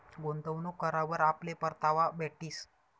गुंतवणूक करावर आपले परतावा भेटीस